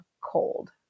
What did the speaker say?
cold